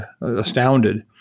astounded